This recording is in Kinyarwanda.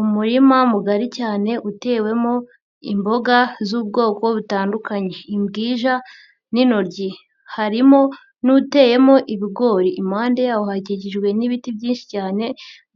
Umurima mugari cyane utewemo imboga z'ubwoko butandukanye imbwija n'intoryi, harimo n'uteyemo ibigori, impande yaho hakikijwe n'ibiti byinshi cyane